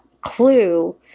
clue